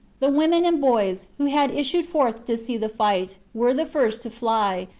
the women and boys, who had issued forth to see the fight, were the first to fly,